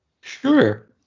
Sure